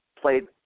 played